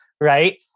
Right